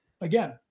again